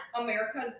America's –